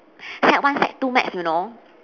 sec one sec two maths you know